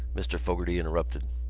mr. fogarty interrupted.